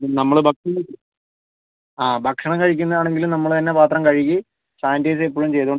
നമ്മൾ ഭക്ഷണം ആ ഭക്ഷണം കഴിക്കുന്നതാണെങ്കിലും നമ്മൾ തന്നെ പാത്രം കഴുകി സാനിറ്റൈസ് എപ്പോഴും ചെയ്തുകൊണ്ട്